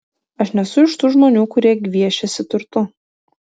aš nesu iš tų žmonių kurie gviešiasi turtų